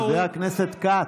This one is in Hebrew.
חבר הכנסת כץ.